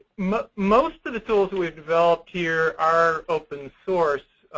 most most of the tools we've developed here are open source.